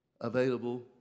available